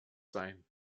sein